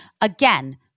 Again